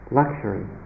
luxury